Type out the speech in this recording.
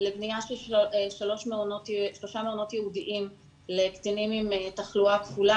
לבנייה של שלושה מעונות ייעודיים לקטינים עם תחלואה כפולה,